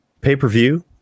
pay-per-view